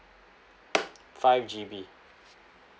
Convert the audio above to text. five G_B